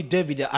David